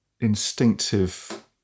instinctive